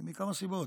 מכמה סיבות.